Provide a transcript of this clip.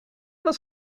dan